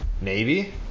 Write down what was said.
Navy